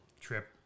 trip